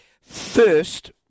first